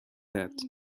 that